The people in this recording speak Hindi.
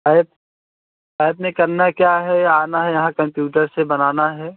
ऐप ऐप में करना क्या है आना है यहाँ कंप्यूटर से बनाना है